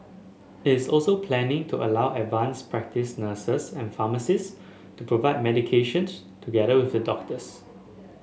it is also planning to allow advanced practice nurses and pharmacist to prescribe medications together with the doctors